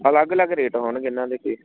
ਅਲੱਗ ਅਲੱਗ ਰੇਟ ਹੋਣਗੇ ਇਹਨਾਂ ਦੇ ਕਿ